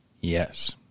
Yes